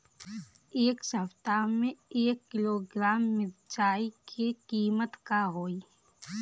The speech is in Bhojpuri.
एह सप्ताह मे एक किलोग्राम मिरचाई के किमत का होई?